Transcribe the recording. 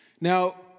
Now